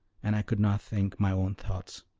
and i could not think my own thoughts.